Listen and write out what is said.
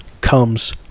comes